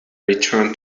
return